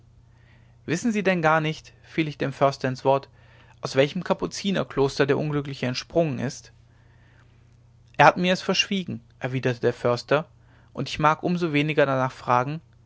wissen sie denn gar nicht fiel ich dem förster ins wort aus welchem kapuzinerkloster der unglückliche entsprungen ist er hat mir es verschwiegen erwiderte der förster und ich mag um so weniger darnach fragen